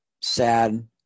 sad